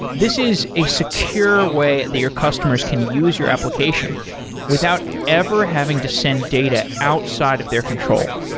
this is a secure way that your customers can use your application without ever having to send data outside of their control.